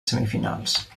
semifinals